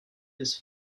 his